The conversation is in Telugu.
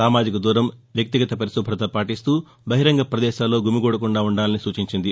సామాజిక దూరం వ్యక్తిగత పరిశుభ్రత పాటిస్తూ బహిరంగ ప్రదేశాల్లో గుమికూడకుండా ఉండాలని సూచించింది